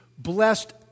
blessed